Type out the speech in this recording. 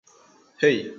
hey